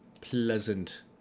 pleasant